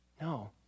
No